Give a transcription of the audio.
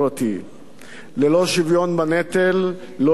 ללא שוויון בנטל, לא יהיה צדק חברתי.